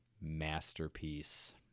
masterpiece